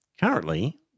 currently